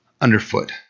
underfoot